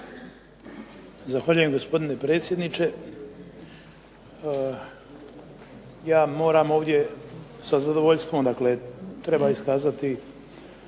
Zahvaljujem gospodine predsjedniče. Ja moram ovdje sa zadovoljstvom dakle treba iskazati